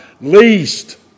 least